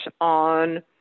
on